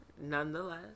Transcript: nonetheless